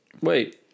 Wait